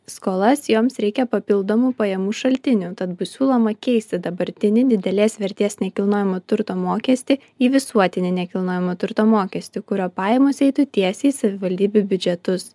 skolas joms reikia papildomų pajamų šaltinių tad bus siūloma keisti dabartinį didelės vertės nekilnojamojo turto mokestį į visuotinį nekilnojamo turto mokestį kurio pajamos eitų tiesiai į savivaldybių biudžetus